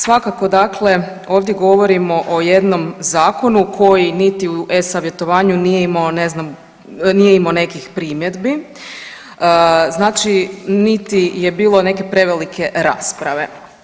Svakako dakle ovdje govorimo o jednom zakonu koji niti u e-Savjetovanju nije imao ne znam, nije imao nekih primjedbi, znači niti je bilo neke prevelike rasprave.